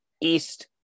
East